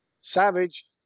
Savage